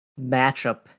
matchup